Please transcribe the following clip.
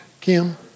Kim